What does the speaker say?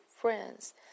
friends